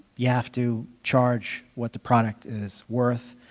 you have to charge what the product is worth.